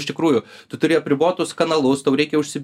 iš tikrųjų tu turi apribot tuos kanalus tau reikia užsi